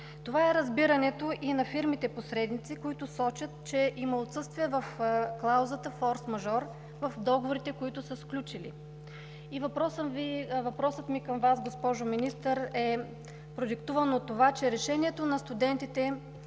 Това е разбирането на фирмите посредници, които сочат, че има отсъствие на клаузата „форсмажор“ в договорите, които са сключили. Въпросът ми към Вас, госпожо Министър, е продиктуван от това, че решението на студентите